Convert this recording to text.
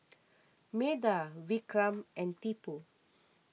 Medha Vikram and Tipu